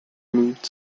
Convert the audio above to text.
moved